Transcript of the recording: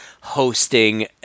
hosting